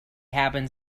happens